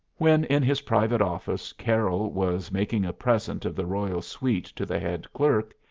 when in his private office carroll was making a present of the royal suite to the head clerk,